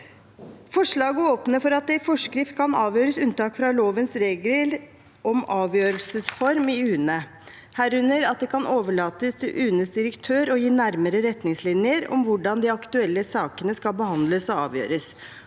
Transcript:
Forslaget åpner for at det i forskrift kan gjøres unntak fra lovens regler om avgjørelsesform i UNE, herunder at det kan overlates til UNEs direktør å gi nærmere retningslinjer om hvordan de aktuelle sakene skal behandles og avgjøres,